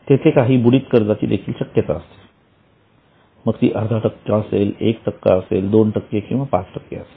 तेथे काही बुडीत कर्जाची देखील शक्यता असते मग ती अर्धा टक्के असेल एक टक्का असेल दोन टक्के किंवा पाच टक्के असेल